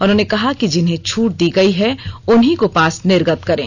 उन्होंने कहा कि जिन्हें छूट दी गयी है उन्हीं को पास निर्गत करें